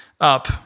up